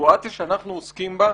הסיטואציה שאנחנו עוסקים בה,